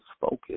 focus